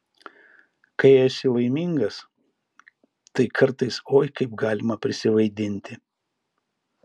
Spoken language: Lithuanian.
kai esi laimingas tai kartais oi kaip galima prisivaidinti